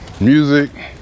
music